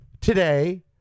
today